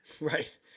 Right